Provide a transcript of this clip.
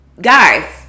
guys